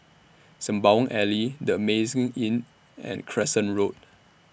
Sembawang Alley The Amazing Inn and Crescent Road